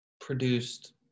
produced